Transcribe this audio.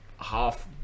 half